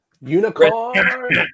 Unicorn